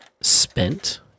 spent